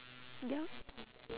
ya